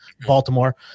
Baltimore